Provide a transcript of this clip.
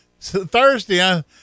Thursday